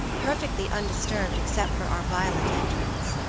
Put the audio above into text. perfectly undisturbed except for our violent entrance,